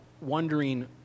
wondering